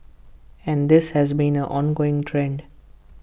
and this has been an ongoing trend